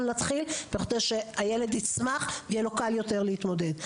להתחיל בכדי שכאשר הילד יצמח יהיה לו קל יותר להתמודד.